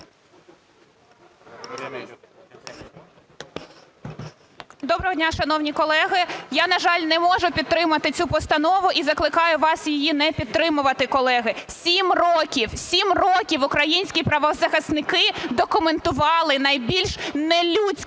Доброго дня, шановні колеги! Я, на жаль, не можу підтримати цю постанову і закликаю вас її не підтримувати, колеги. 7 років, 7 років українські правозахисники документували найбільш нелюдські